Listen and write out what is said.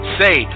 say